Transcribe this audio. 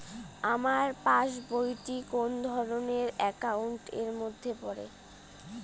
আমার পাশ বই টি কোন ধরণের একাউন্ট এর মধ্যে পড়ে?